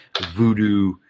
voodoo